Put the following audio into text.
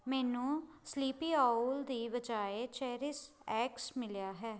ਮੈਨੂੰ sleepy owl ਦੀ ਵਜਾਏ ਚੇਰੀਸ਼ ਐਕਸ ਮਿਲਿਆ ਹੈ